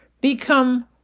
become